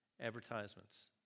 advertisements